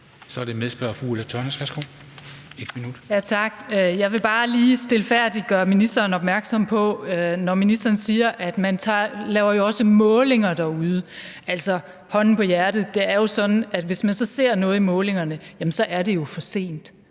Jeg vil bare lige stilfærdigt gøre ministeren opmærksom på noget. Ministeren siger, at man jo også laver målinger derude. Altså, hånden på hjertet er det jo sådan, at hvis man så ser noget i målingerne, er det for sent.